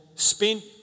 spent